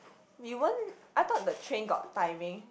we weren't I thought the train got timing